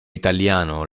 italiano